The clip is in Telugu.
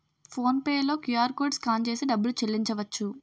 ఫోన్ పే లో క్యూఆర్కోడ్ స్కాన్ చేసి డబ్బులు చెల్లించవచ్చు